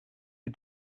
you